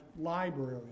library